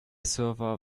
server